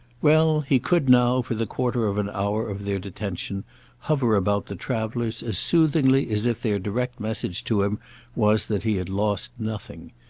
well, he could now, for the quarter of an hour of their detention hover about the travellers as soothingly as if their direct message to him was that he had lost nothing.